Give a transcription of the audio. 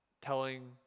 telling